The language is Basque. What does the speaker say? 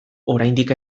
oraindik